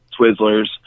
Twizzlers